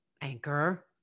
Anchor